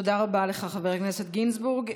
תודה רבה לך, חבר הכנסת גינזבורג.